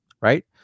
right